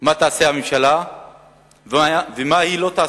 מה תעשה הממשלה ומה היא לא תעשה.